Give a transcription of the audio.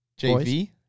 JV